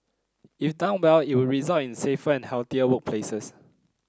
if done well it would result in safer and healthier workplaces